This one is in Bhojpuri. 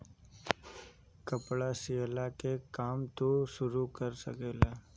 कपड़ा सियला के काम तू शुरू कर सकेला